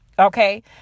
Okay